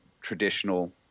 traditional